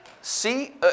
see